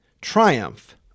triumph